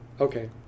Okay